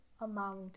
amount